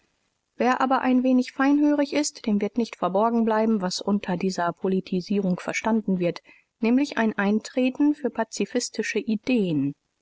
wer aber ein wenig feinhörig ist dem wird nicht verborgen bleiben was unter dieser politisierung verstanden wird nämlich ein eintreten für pazifistische ideen